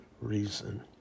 reason